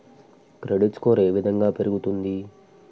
Credit score ఏ విధంగా పెరుగుతుంది?